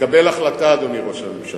תקבל החלטה, אדוני ראש הממשלה.